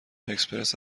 اکسپرس